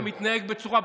אתה מתנהג בצורה ברוטלית.